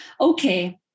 Okay